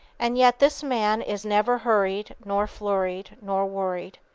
and yet this man is never hurried, nor flurried, nor worried.